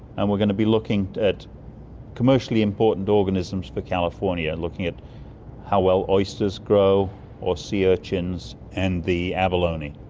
and we're going to be looking at commercially important organisms for california, looking at how well oysters grow or sea urchins and the abalone.